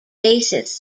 basis